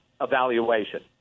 evaluation